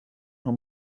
how